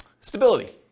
stability